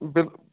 بِلکُل